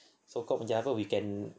so hope macam apa we can